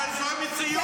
אבל זו המציאות.